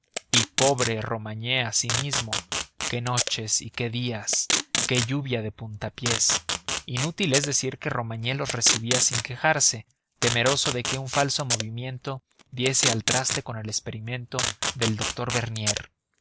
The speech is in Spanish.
y pobre romagné asimismo qué noches y qué días qué lluvia de puntapiés inútil es decir que romagné los recibía sin quejarse temeroso de que un falso movimiento diese al traste con el experimento del doctor bernier